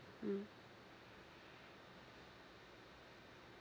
mm